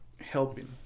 helping